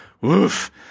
woof